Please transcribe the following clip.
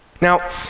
Now